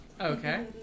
Okay